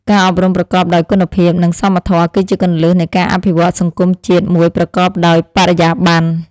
ការអប់រំប្រកបដោយគុណភាពនិងសមធម៌គឺជាគន្លឹះនៃការអភិវឌ្ឍន៍សង្គមជាតិមួយប្រកបដោយបរិយាបន្ន។